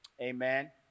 Amen